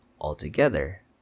altogether